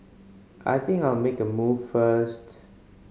I think I'll make a move first